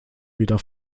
wieder